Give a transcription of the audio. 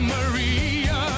Maria